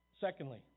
Secondly